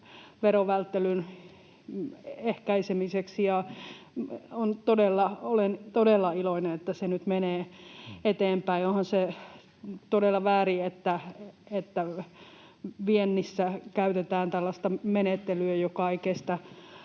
verovälttelyn ehkäisemiseksi. Olen todella iloinen, että se nyt menee eteenpäin. Onhan se todella väärin, että viennissä käytetään tällaista menettelyä, joka ei kestä